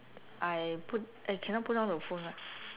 I put eh cannot put down the phone right